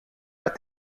pas